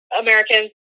Americans